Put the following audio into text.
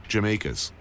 Jamaicas